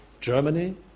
Germany